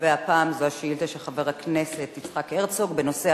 והפעם זאת שאילתא של חבר הכנסת יצחק הרצוג בנושא: